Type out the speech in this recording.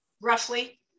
Roughly